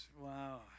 wow